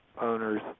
owners